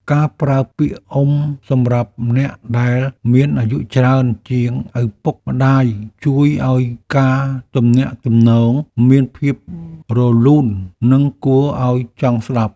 ការប្រើពាក្យអ៊ុំសម្រាប់អ្នកដែលមានអាយុច្រើនជាងឪពុកម្តាយជួយឱ្យការទំនាក់ទំនងមានភាពរលូននិងគួរឱ្យចង់ស្ដាប់។